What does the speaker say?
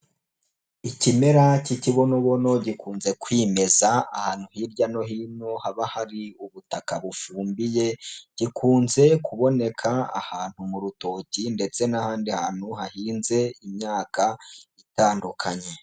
Ikimera k'ikibunobono gikunze kwimeza ahantu hirya no hino haba hari ubutaka bufumbiye, gikunze kuboneka ahantu mu rutoki ndetse n'ahandi hantu hahinze imyaka itandukanye.